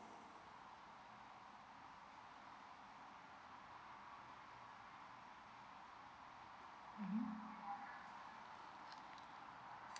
mmhmm